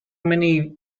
many